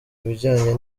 bijyanye